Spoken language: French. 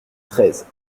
treize